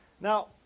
Now